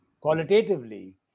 qualitatively